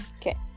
Okay